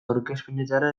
aurkezpenetara